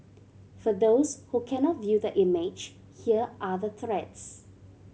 for those who cannot view the image here are the threats